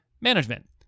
management